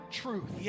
truth